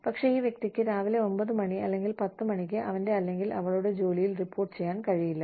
പക്ഷേ ഈ വ്യക്തിക്ക് രാവിലെ 9 മണി അല്ലെങ്കിൽ രാവിലെ 10 മണിക്ക് അവന്റെ അല്ലെങ്കിൽ അവളുടെ ജോലിയിൽ റിപ്പോർട്ട് ചെയ്യാൻ കഴിയില്ല